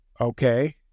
okay